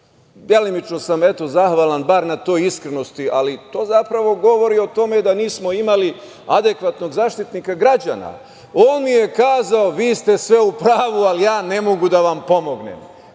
Delimično sam zahvalan bar na toj iskrenosti, ali to zapravo govori o tome da nismo imali adekvatnog Zaštitnika građana. On je kazao – vi ste sve u pravu, ali ja ne mogu da vam pomognem.